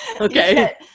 Okay